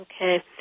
Okay